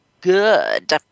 good